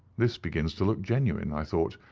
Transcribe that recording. this begins to look genuine, i thought,